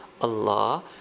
Allah